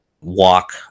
walk